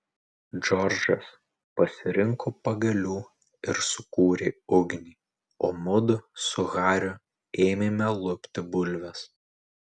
džordžas pririnko pagalių ir sukūrė ugnį o mudu su hariu ėmėme lupti bulves